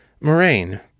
Moraine